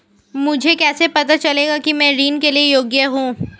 मुझे कैसे पता चलेगा कि मैं ऋण के लिए योग्य हूँ?